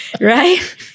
Right